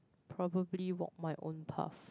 probably what my own path